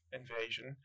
invasion